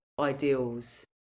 ideals